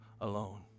alone